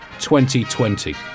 2020